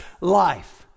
life